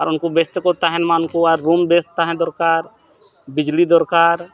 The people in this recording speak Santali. ᱟᱨ ᱩᱱᱠᱩ ᱵᱮᱥ ᱛᱮᱠᱚ ᱛᱟᱦᱮᱱ ᱢᱟ ᱩᱱᱠᱩᱣᱟᱜ ᱵᱮᱥ ᱛᱟᱦᱮᱱ ᱫᱚᱨᱠᱟᱨ ᱵᱤᱡᱽᱞᱤ ᱫᱚᱨᱠᱟᱨ